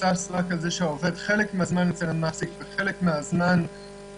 מבוסס רק על זה שהעובד חלק מהזמן אצל המעסיק וחלק מהזמן לא,